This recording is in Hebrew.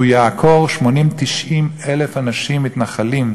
יעקור 80,000 90,000 אנשים מתנחלים,